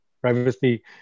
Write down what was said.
privacy